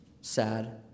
sad